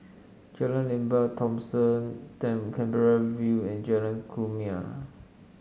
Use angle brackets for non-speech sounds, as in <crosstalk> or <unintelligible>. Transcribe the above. Jalan Lembah Thomson <unintelligible> Canberra View and Jalan Kumia